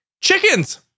Chickens